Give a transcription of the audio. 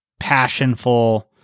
passionful